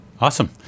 Awesome